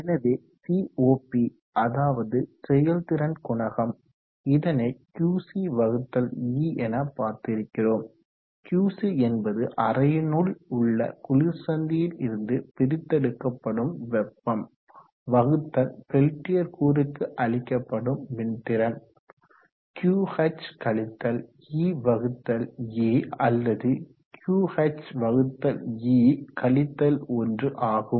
எனவே சிஓபி அதாவது செயல் திறன் குணகம் இதனை Qc வகுத்தல் E என பார்த்திருக்கிறோம் QC என்பது அறையினுள் உள்ள குளிர்சந்தியில் இருந்து பிரித்தெடுக்கப்படும் வெப்பம் வகுத்தல் பெல்டியர் கூறுக்கு அளிக்கப்படும் மின்திறன் E அல்லது QHE 1 ஆகும்